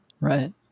right